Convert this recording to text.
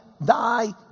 Thy